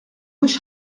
mhux